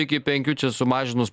iki penkių čia sumažinus